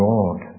Lord